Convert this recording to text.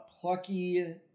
plucky